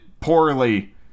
poorly